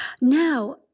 Now